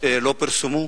לא פורסמו.